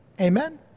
Amen